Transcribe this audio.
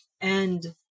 And-